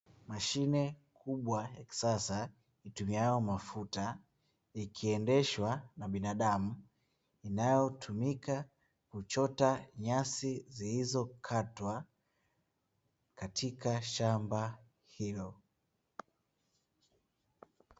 Mashine kubwa ya kisasa itumiayo mafuta, ikiendeshwa na binadamu, inayotumika kuchota nyasi zilizokatwa katika shamba hilo.